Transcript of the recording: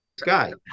guy